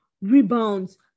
rebounds